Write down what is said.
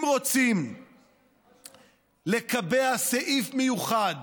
אם רוצים לקבע סעיף מיוחד